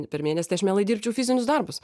per mėnesį tai aš mielai dirbčiau fizinius darbus